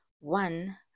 one